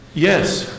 Yes